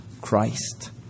Christ